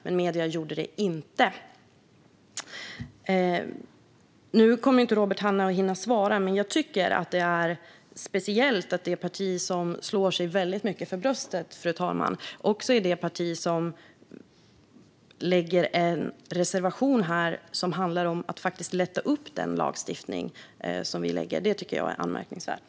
Men det gjorde inte medierna. Nu kommer Robert Hannah inte att hinna svara, men jag tycker att det är speciellt att det parti som slår sig mycket för bröstet också är det parti som har en reservation som handlar om att lätta upp den lagstiftning som vi lägger fram. Detta tycker jag är anmärkningsvärt.